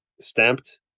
stamped